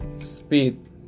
speed